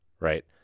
right